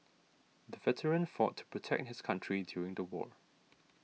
the veteran fought to protect his country during the war